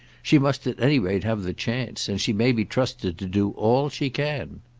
she must at any rate have the chance, and she may be trusted to do all she can.